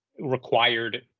required